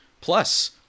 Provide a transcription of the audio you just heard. plus